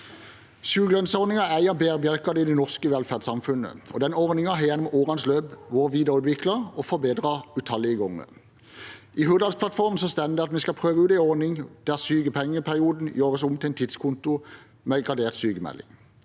Sykelønnsordningen er en av bærebjelkene i det norske velferdssamfunnet, og ordningen har gjennom årenes løp blitt videreutviklet og forbedret utallige ganger. I Hurdalsplattformen står det at vi skal prøve ut en ordning der sykepengeperioden gjøres om til en tidskonto med gradert sykmelding.